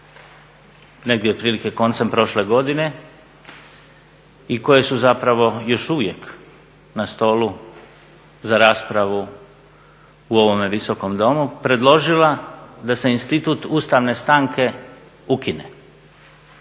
negdje otprilike koncem prošle godine i koje su zapravo još uvijek na stolu za raspravu u ovome Visokom domu predložila da se institut ustavne stanke ukine.